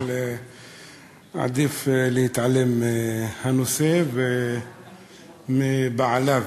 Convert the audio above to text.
אבל עדיף להתעלם מהנושא ומבעליו.